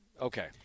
Okay